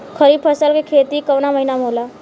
खरीफ फसल के खेती कवना महीना में होला?